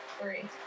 three